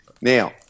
Now